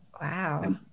Wow